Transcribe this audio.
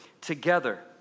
together